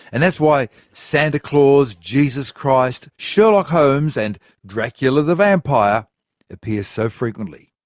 and that's why santa claus, jesus christ, sherlock holmes and dracula the vampire appear so frequently.